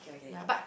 ya but